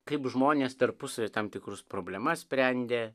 kaip žmonės tarpusavyje tam tikras problemas sprendė